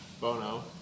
Bono